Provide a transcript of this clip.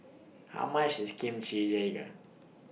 How much IS Kimchi Jjigae